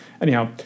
Anyhow